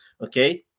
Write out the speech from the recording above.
okay